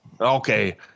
Okay